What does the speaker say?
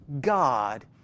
God